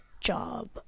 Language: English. job